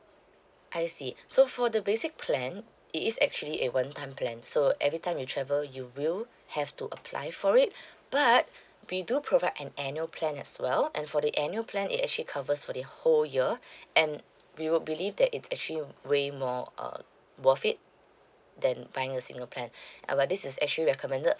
I see so for the basic plan it is actually a one time plan so every time you travel you will have to apply for it but we do provide an annual plan as well and for the annual plan it actually covers for the whole year and we would believe that it's actually way more uh worth it then buying a single plan uh but this is actually recommended